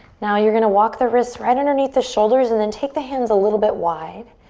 now you're gonna walk the wrists right underneath the shoulders and then take the hands a little bit wide.